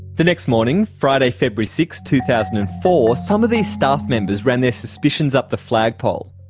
the next morning, friday, february six, two thousand and four, some of these staff members ran their suspicions up the flagpole.